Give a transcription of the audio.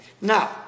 Now